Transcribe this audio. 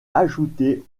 ajouté